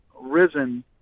risen